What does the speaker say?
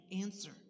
answer